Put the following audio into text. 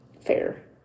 fair